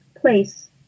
place